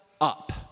up